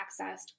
accessed